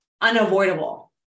unavoidable